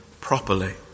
properly